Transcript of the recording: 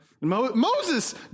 Moses